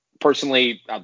personally